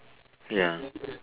ya